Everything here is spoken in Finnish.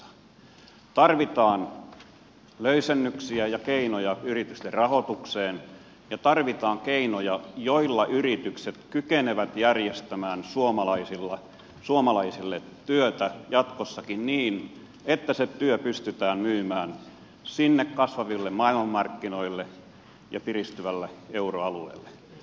tarvitaan löysennyksiä ja keinoja yritysten rahoitukseen ja tarvitaan keinoja joilla yritykset kykenevät järjestämään suomalaisille työtä jatkossakin niin että se työ pystytään myymään sinne kasvaville maailmanmarkkinoille ja piristyvälle euroalueelle